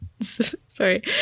sorry